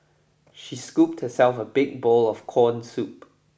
she scooped herself a big bowl of corn soup